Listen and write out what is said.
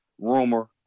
rumor